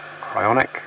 Cryonic